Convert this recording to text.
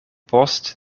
post